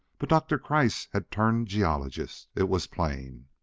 but doctor kreiss had turned geologist, it was plain.